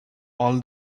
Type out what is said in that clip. all